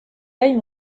taille